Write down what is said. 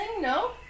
no